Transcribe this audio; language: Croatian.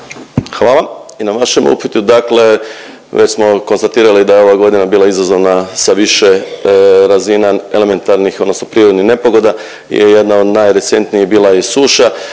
Hvala i na vašem upitu. Dakle, već smo konstatirali da je ova godina bila izazovna sa više razina elementarnih odnosno prirodnih nepogoda je jedna od najrecentnijih bila i suša.